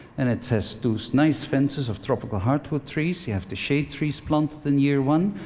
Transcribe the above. and it has two so nice fences of tropical hardwood trees you have the shade trees planted in year one,